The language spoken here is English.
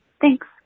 Thanks